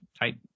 type